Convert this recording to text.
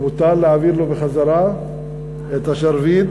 מותר להעביר לו בחזרה את השרביט?